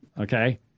okay